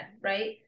right